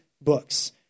books